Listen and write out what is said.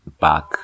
back